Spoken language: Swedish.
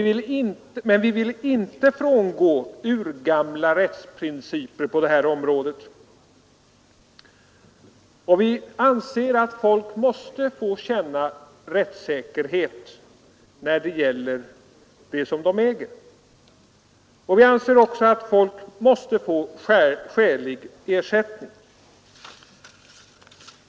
Vi vill inte frångå urgamla rättsprinciper på det här området. Vi anser att folk måste få känna rättssäkerhet när det gäller sådant som de äger. Vi anser också att folk måste få skälig ersättning.